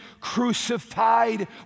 crucified